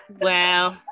wow